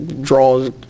draws